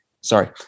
sorry